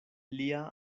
lia